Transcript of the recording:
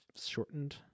shortened